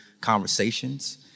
conversations